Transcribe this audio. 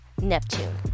Neptune